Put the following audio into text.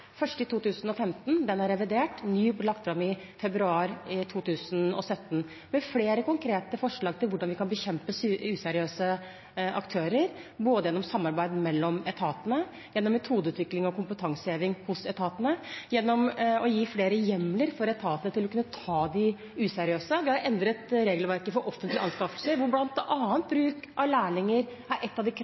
i 2015, den er revidert, ny ble lagt fram i februar 2017 – med flere konkrete forslag til hvordan vi kan bekjempe useriøse aktører, både gjennom samarbeid mellom etatene, gjennom metodeutvikling og kompetanseheving i etatene og gjennom å gi etatene flere hjemler for å kunne ta de useriøse. Vi har endret regelverket for offentlige anskaffelser, hvor bl.a. bruk av lærlinger er ett av de